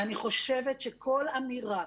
ואני חושבת שכל אמירה,